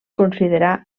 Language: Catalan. considerar